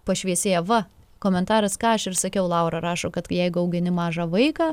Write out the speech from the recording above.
pašviesėja va komentaras ką aš ir sakiau laura rašo kad jeigu augini mažą vaiką